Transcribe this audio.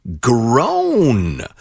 grown